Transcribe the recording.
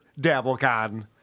DabbleCon